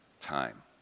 time